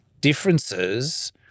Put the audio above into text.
differences